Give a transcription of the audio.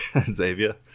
Xavier